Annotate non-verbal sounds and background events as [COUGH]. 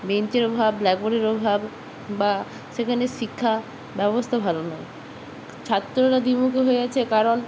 বেঞ্চের অভাব ব্ল্যাকবোর্ডের অভাব বা সেখানে শিক্ষা ব্যবস্থা ভালো নয় ছাত্ররা [UNINTELLIGIBLE] হয়ে আছে কারণ